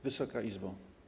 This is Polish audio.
Wysoka Izbo!